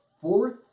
fourth